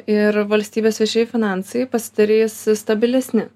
ir valstybės viešieji finansai pasidarys stabilesni